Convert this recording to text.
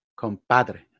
compadre